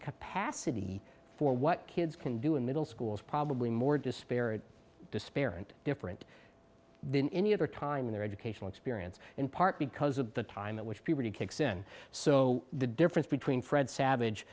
capacity for what kids can do in middle schools probably more disparate despair and different than any other time in their educational experience in part because of the time at which pretty kicks in so the difference between fred savage